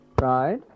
Right